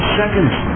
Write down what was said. seconds